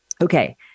Okay